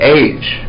age